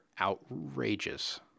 outrageous